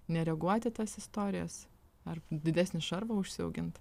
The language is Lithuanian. nereaguoti į tas istorijas ar didesnį šarvą užsiaugint